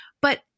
but-